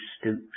stoops